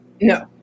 No